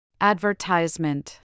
Advertisement